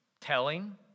telling